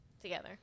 together